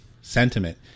sentiment